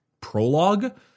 prologue